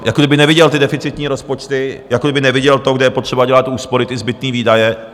Jako kdyby neviděl ty deficitní rozpočty, jako kdyby neviděl to, kde je potřeba dělat úspory, ty zbytné výdaje.